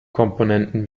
komponenten